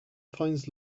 finds